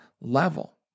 level